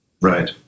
Right